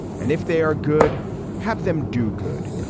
and if they are good have them do good.